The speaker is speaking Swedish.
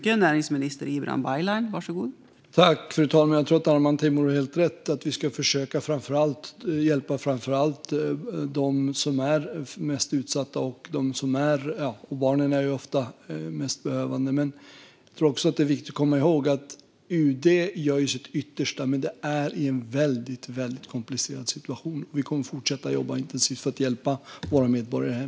Fru talman! Jag tror att Arman Teimouri har helt rätt och att vi ska försöka hjälpa framför allt dem som är mest utsatta - barn är ofta mest behövande. Jag tror dock också att det är viktigt att komma ihåg att UD gör sitt yttersta, men i en väldigt komplicerad situation. Vi kommer att fortsätta att jobba intensivt för att hjälpa våra medborgare hem.